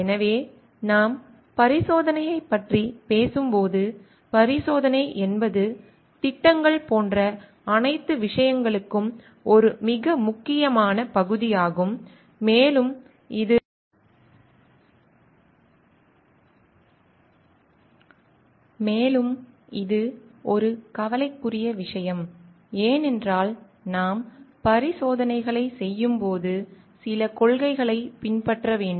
எனவே நாம் பரிசோதனையைப் பற்றி பேசும்போது பரிசோதனை என்பது திட்டங்கள் போன்ற அனைத்து விஷயங்களுக்கும் ஒரு மிக முக்கியமான பகுதியாகும் மேலும் இது ஒரு கவலைக்குரிய விஷயம் ஏனென்றால் நாம் பரிசோதனைகளைச் செய்யும்போது சில கொள்கைகளைப் பின்பற்ற வேண்டும்